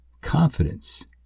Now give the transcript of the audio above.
confidence